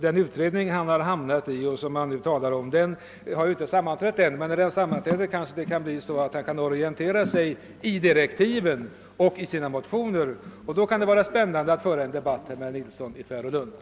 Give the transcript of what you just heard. Den utredning som herr Nilsson i Tvärålund talade om har inte sammanträtt än men när den gör det kan han kanske orientera sig beträffande direktiven och motionerna, och sedan kan det bli spännande att föra en debatt med honom.